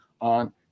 on